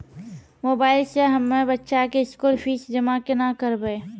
Mobile से हम्मय बच्चा के स्कूल फीस जमा केना करबै?